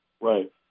Right